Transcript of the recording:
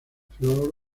flor